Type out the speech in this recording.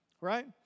right